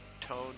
tone